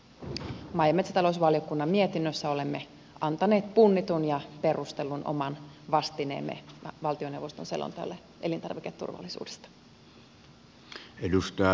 maa ja metsätalousvaliokunnan mietinnössä olemme antaneet punnitun ja perustellun oman vastineemme valtioneuvoston selonteolle elintarviketurvallisuudesta